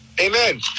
Amen